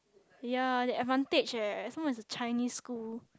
ye the advantage eh somemore it's a Chinese school